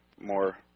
more